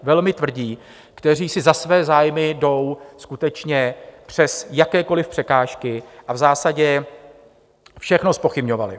Velmi tvrdí, kteří si za svými zájmy jdou skutečně přes jakékoliv překážky, a v zásadně všechno zpochybňovali.